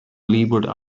leeward